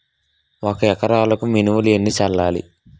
ఒక ఎకరాలకు మినువులు ఎన్ని చల్లాలి?